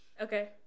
Okay